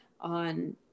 on